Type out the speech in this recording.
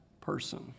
person